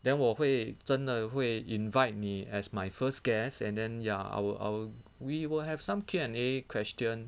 then 我会真的会 invite 你 as my first guest and then ya I'll I'll we will have some Q&A question